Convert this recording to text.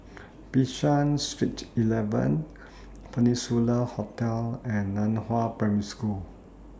Bishan Street eleven Peninsula Hotel and NAN Hua Primary School